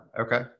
Okay